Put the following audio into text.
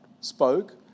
spoke